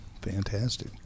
Fantastic